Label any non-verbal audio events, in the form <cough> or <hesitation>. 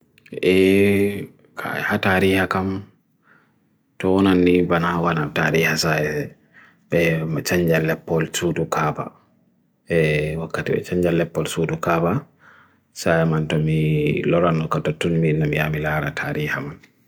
<hesitation> E kaya tariha kama, tounan nibana wana tariha saye, me <hesitation> changal leppol sudu kaba. E <hesitation> wakatawe changal leppol sudu kaba, saye man tumi loran ukata tumi nami amilara tariha man.